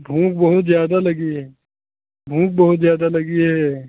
भूख बहुत ज़्यादा लगी है भूख बहुत ज़्यादा लगी है